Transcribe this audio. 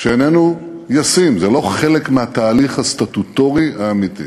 שאיננו ישים, זה לא חלק מהתהליך הסטטוטורי האמיתי.